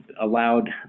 allowed